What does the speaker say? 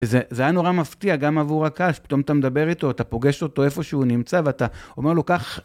זה, זה היה נורא מפתיע גם עבור הקהל, שפתאום אתה מדבר איתו, אתה פוגש אותו איפה שהוא נמצא ואתה אומר לו כך...